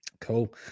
Cool